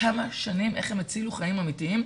כמה שנים, איך הם הצילו חיים אמיתיים.